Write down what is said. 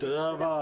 תודה,